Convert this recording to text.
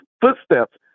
footsteps